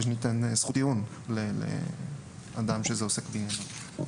שניתן זכות טיעון לאדם שזה עוסק בעניינו.